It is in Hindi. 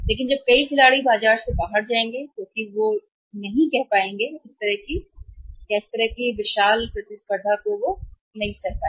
लेकिन कल जब कई खिलाड़ी बाजार से बाहर जाएंगे क्योंकि वे नहीं कह पाएंगे कि इस तरह की विशाल के साथ प्रतिस्पर्धा है बाजार